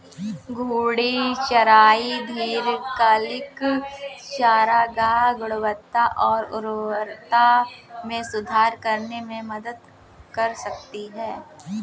घूर्णी चराई दीर्घकालिक चारागाह गुणवत्ता और उर्वरता में सुधार करने में मदद कर सकती है